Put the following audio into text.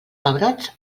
pebrots